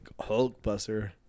Hulkbuster